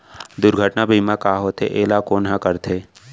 दुर्घटना बीमा का होथे, एला कोन ह करथे?